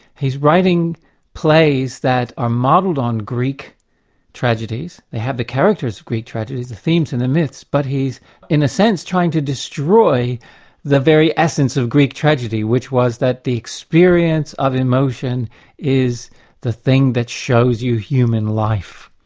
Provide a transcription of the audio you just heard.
he's writing plays that are modelled on greek tragedies they have the characters of greek tragedies, the themes and the myths, but he's in a sense trying to destroy the very essence of greek tragedy, which was that the experience of emotion is the thing that shows you human life.